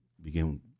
begin